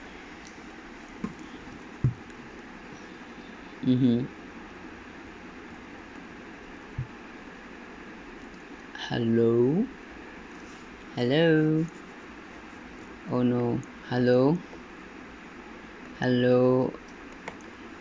mmhmm hello hello oh no hello hello